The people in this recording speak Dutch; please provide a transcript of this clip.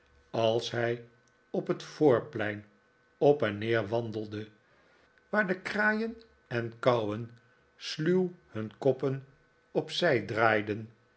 als hij op het voorplein op en neer wandelde waar de kraaien en kauwen sluw ik raak thuisop school hun koppen op zij draaiden